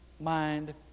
mind